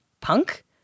punk